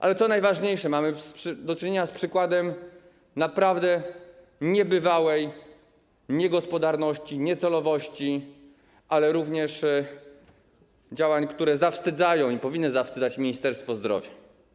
Ale co najważniejsze, mamy do czynienia z przykładem naprawdę niebywałej niegospodarności, niecelowości, ale również działań, które zawstydzają i powinny zawstydzać Ministerstwo Zdrowia.